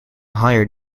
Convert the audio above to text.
higher